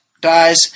dies